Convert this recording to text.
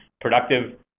productive